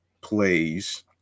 plays